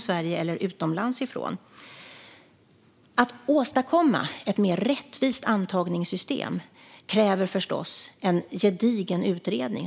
Sverige eller från utlandet. Att åstadkomma ett mer rättvist antagningssystem kräver förstås en gedigen utredning.